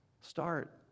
Start